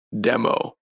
demo